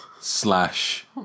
slash